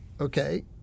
okay